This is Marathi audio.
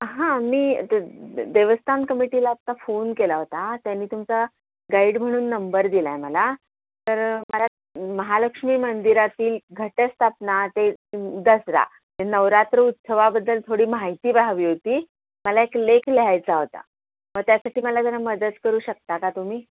हां मी देवस्थान कमिटीला आता फोन केला होता त्यांनी तुमचा गाईड म्हणून नंबर दिला आहे मला तर मला महालक्ष्मी मंदिरातील घटस्थापना ते दसरा नवरात्र उत्सवाबद्दल थोडी माहिती व्हावी होती मला एक लेख लिहायचा होता मग त्यासाठी मला जरा मदत करू शकता का तुम्ही